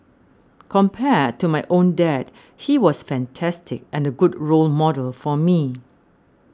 compared to my own dad he was fantastic and a good role model for me